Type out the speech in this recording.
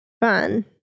Fun